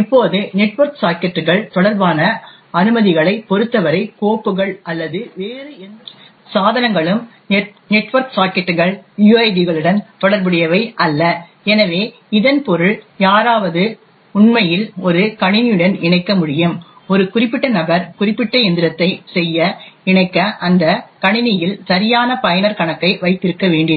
இப்போது நெட்வொர்க் சாக்கெட்டுகள் தொடர்பான அனுமதிகளைப் பொறுத்தவரை கோப்புகள் அல்லது வேறு எந்த சாதனங்களும் நெட்வொர்க் சாக்கெட்டுகள் யுஐடிகளுடன் தொடர்புடையவை அல்ல எனவே இதன் பொருள் யாராவது உண்மையில் ஒரு கணினியுடன் இணைக்க முடியும் ஒரு குறிப்பிட்ட நபர் குறிப்பிட்ட இயந்திரத்தை செய்ய இணைக்க அந்த கணினியில் சரியான பயனர் கணக்கை வைத்திருக்க வேண்டியதில்லை